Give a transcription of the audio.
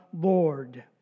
Lord